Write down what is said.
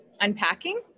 unpacking